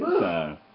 time